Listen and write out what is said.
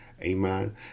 Amen